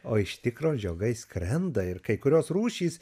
o iš tikro žiogai skrenda ir kai kurios rūšys